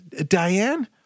Diane